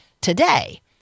today